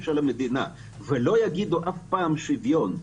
של המדינה ולא יגידו את המילה "שוויון",